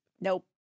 Nope